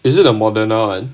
is it the Moderna [one]